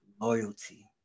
loyalty